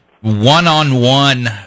one-on-one